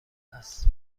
است